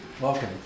Welcome